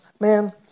Man